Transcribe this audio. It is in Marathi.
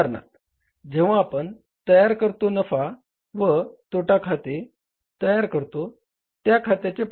उदाहरणार्थ जेव्हा आपण नफा व तोटा खाते असते